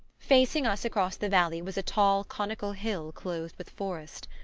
facing us across the valley was a tall conical hill clothed with forest.